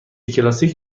کلاسیک